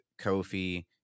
Kofi